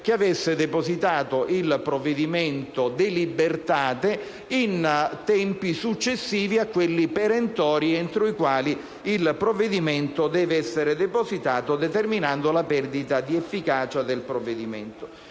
che avesse depositato un provvedimento *de libertate* in tempi successivi a quelli perentori entro i quali il provvedimento deve essere depositato, determinando la perdita di efficacia del provvedimento